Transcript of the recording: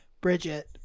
Bridget